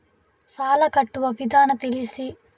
ಸಾಲ ಕಟ್ಟುವ ವಿಧಾನ ತಿಳಿಸಿ?